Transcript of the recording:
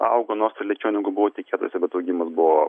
augo nors ir lėčiau negu buvo tikėtasi bet augimas buvo